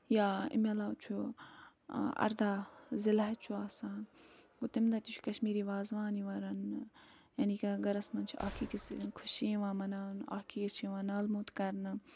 یا أمۍ علاوٕ چھُ ارداہ ذِالحج چھُ آسان گوٚو تَمہِ دوہ تہِ چھُ کَشمیٖری وازٕوان یِوان رَنٛنہٕ یعنی کہِ گَرَس منٛز چھِ اَکھ أکِس سۭتۍ خوشی یِوان مناونہٕ اَکھ أکِس چھِ یِوان نالہٕ موٚت کرنہٕ